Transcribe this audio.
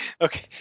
Okay